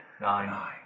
Nine